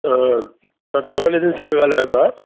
तव्हां ट्रैविल एजंसीअ खां ॻाल्हायो था